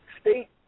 state